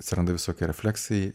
atsiranda visokie refleksai